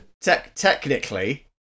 Technically